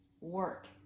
work